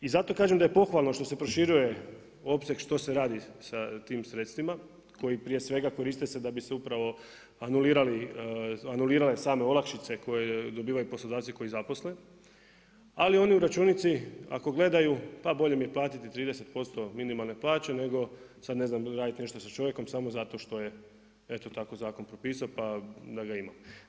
I zato kažem da je pohvalno što se proširuje opseg što se radi da tim sredstvima koji prije svega koriste se da bi se upravo anulirale same olakšice koje dobivaju poslodavci koji zaposle ali oni u računici ako gledaju, pa bolje mi je platiti 30% minimalne plaće nego sada ne znam raditi nešto sa čovjekom samo zato što je eto tako zakon propisao pa da ga imam.